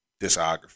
discography